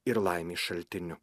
ir laimės šaltiniu